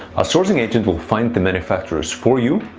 a sourcing agent will find the manufacturers for you,